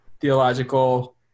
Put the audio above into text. theological